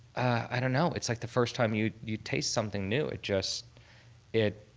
i don't know. it's like the first time you you taste something new. it just it.